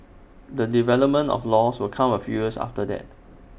the development of laws will come A few years after that